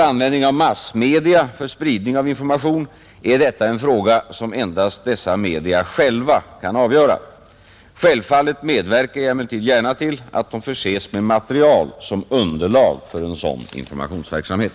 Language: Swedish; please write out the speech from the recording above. Användning av massmedia för spridning av information är en fråga som endast dessa media själva kan avgöra. Självfallet medverkar jag emellertid gärna till att de förses med material som underlag för en sådan informationsverksamhet.